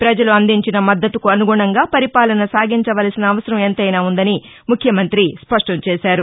ప్రజలు అందించిన మద్గతుకు అనుగుణంగా పరిపాలన సాగించవలసిన అవసరం ఎంతైనా ఉందని ముఖ్యమంత్రి స్పష్టం చేశారు